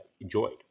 enjoyed